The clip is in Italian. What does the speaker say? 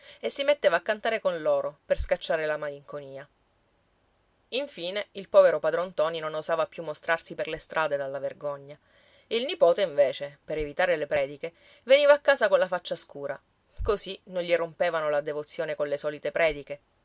e si metteva a cantare con loro per scacciare la malinconia infine il povero padron ntoni non osava più mostrarsi per le strade dalla vergogna il nipote invece per evitare le prediche veniva a casa colla faccia scura così non gli rompevano la devozione con le solite prediche